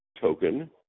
token